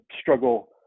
struggle